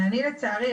ואני לצערי,